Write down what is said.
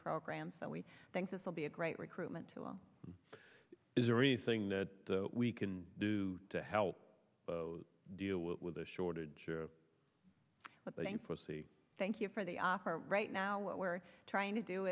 program so we think this will be a great recruitment tool is there anything that we can do to help deal with the shortage but for see thank you for the offer right now what we're trying to do